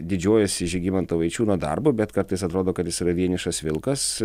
didžiuojuosi žygimanto vaičiūno darbu bet kartais atrodo kad jis yra vienišas vilkas